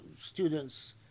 students